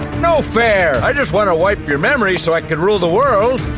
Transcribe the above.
no fair. i just want to wipe your memories so i could rule the world.